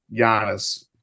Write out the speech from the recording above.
Giannis